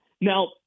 now